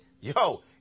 yo